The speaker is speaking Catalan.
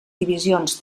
divisions